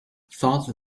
thought